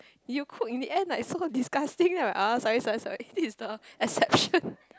you cook in the end like so disgusting then I'm like uh sorry sorry sorry this is the exception